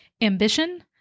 ambition